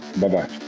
Bye-bye